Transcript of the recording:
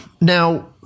Now